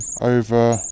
over